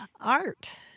Art